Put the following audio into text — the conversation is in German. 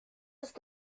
ist